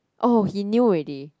oh he knew already